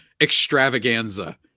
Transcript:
extravaganza